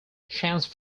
chance